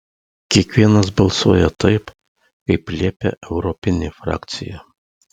kiekvienas balsuoja taip kaip liepia europinė frakcija